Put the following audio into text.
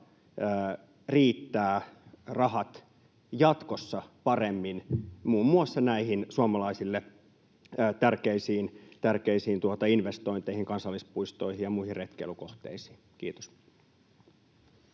riittävät jatkossa paremmin muun muassa näihin suomalaisille tärkeisiin investointeihin, kansallispuistoihin ja muihin retkeilykohteisiin. — Kiitos.